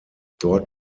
dort